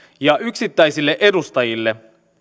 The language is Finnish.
ja yksittäisille edustajille